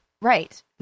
Right